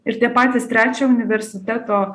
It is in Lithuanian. ir tie patys trečio universiteto